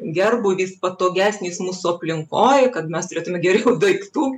gerbūvis patogesnis mūsų aplinkoj kad mes turėtume geriau daiktų